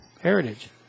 Heritage